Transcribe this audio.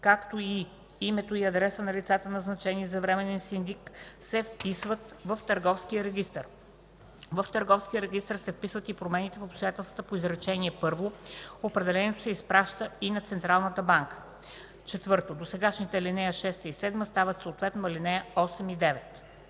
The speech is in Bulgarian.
както и името и адресът на лицата, назначени за временен синдик, се вписват в търговския регистър. В търговския регистър се вписват и промените в обстоятелствата по изречение първо. Определението се изпраща и на Централната банка.” 4. Досегашните ал. 6 и 7 стават съответно ал. 8 и 9.